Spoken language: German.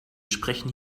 sprechen